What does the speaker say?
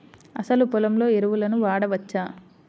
అసలు పొలంలో ఎరువులను వాడవచ్చా?